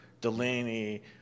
Delaney